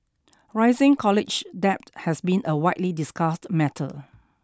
rising college debt has been a widely discussed matter